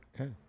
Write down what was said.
Okay